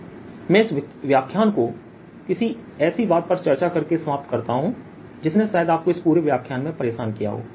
0R022r29024πr2dr020R2902r24πr2dr12Q24π015R WQ28π0RQ28π015R35Q24π0R मैं इस व्याख्यान को किसी ऐसी बात पर चर्चा करके समाप्त करता हूं जिसने शायद आपको इस पूरे व्याख्यान में परेशान किया हो